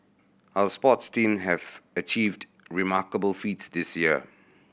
our sports team have achieved remarkable feats this year